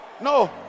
No